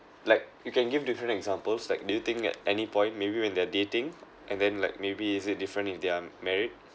like you can give different examples like do you think at any point maybe when they are dating and then like maybe it's different if they are married